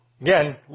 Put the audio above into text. Again